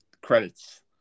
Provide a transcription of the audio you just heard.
credits